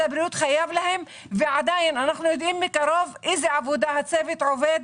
הבריאות חייב להם ואנחנו יודעים איזה עבודה הצוות עובד,